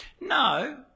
No